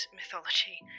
mythology